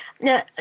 Now